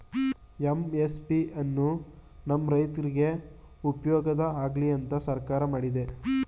MSP ಎನ್ನು ನಮ್ ರೈತ್ರುಗ್ ಉಪ್ಯೋಗ ಆಗ್ಲಿ ಅಂತ ಸರ್ಕಾರ ಮಾಡಿದೆ